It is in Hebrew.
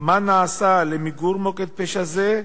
3. מה נעשה למיגור פשע זה?